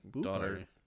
daughter